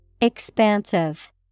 Expansive